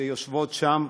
שיושבות שם,